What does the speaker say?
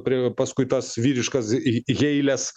prie paskui tas vyriškas į heilės